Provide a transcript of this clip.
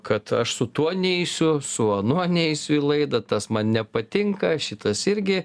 kad aš su tuo neisiu su anuo neisiu į laidą tas man nepatinka šitas irgi